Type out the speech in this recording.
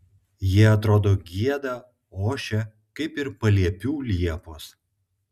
jie atrodo gieda ošia kaip ir paliepių liepos